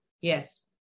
Yes